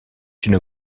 une